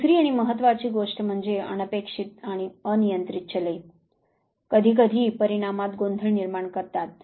दुसरी आणि महत्वाची गोष्ट म्हणजे अनपेक्षित आणि अनियंत्रित चले कधी कधी परिणामात गोंधळ निर्माण करतात